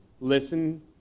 Listen